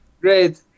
Great